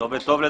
זה עובד טוב.